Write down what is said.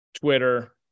Twitter